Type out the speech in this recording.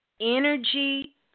energy